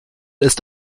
ist